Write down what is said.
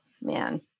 man